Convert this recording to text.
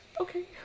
Okay